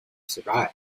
survived